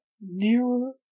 nearer